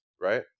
right